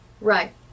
right